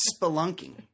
spelunking